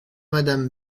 madame